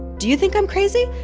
do you think i'm crazy?